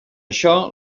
això